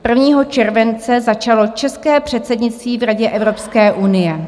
Prvního července začalo české předsednictví v Radě Evropské unie.